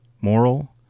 moral